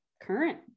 current